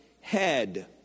head